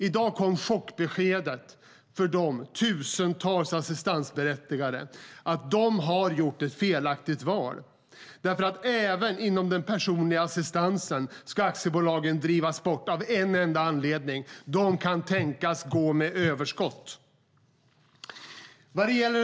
I dag kom chockbeskedet för de tusentals assistansberättigade att de har gjort ett felaktigt val. Även inom området personlig assistans ska aktiebolagen drivas bort av en enda anledning, nämligen att de kan tänkas gå med överskott. Fru talman!